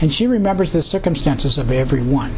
and she remembers the circumstances of everyone